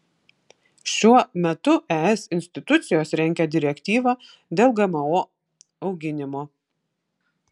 šiuo metu es institucijos rengia direktyvą dėl gmo auginimo